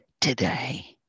today